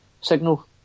signal